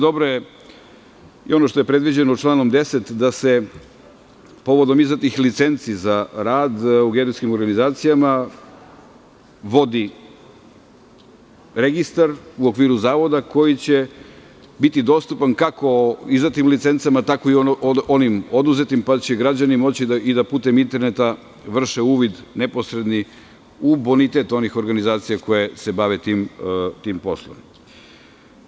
Dobro je i ono što je predviđeno članom 10, da se povodom izdatih licenci za rad u geodetskim organizacijama vodi registar u okviru zavoda koji će biti dostupan kako izdatim licencama, tako i onim oduzetim, pa će građani moći da putem interneta vrše uvid neposredni u bonitet onih organizacija koje se bave tim poslovima.